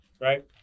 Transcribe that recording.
Right